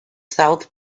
south